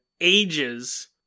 ages